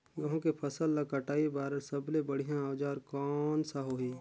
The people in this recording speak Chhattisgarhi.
गहूं के फसल ला कटाई बार सबले बढ़िया औजार कोन सा होही?